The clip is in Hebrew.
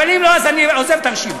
אבל אם לא, אז אני עוזב את הרשימה.